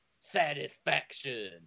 satisfaction